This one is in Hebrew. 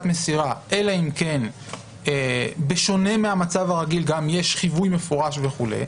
מסירה אלא אם כן בשונה מהמצב הרגיל גם יש חיווי מפורש וכולי,